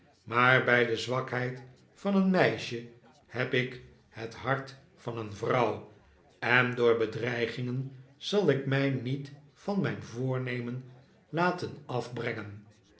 maar bij de zwakheid van een meisje heb ik het hart van een vrouw en door bedreigingen zal ik mij niet van mijn voornemen laten afbrengen